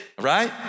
right